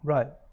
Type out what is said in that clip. Right